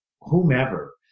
whomever